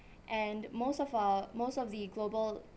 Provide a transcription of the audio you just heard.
and most of our most of the global